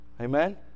amen